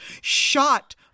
shot